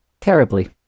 terribly